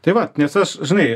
tai vat nes aš žinai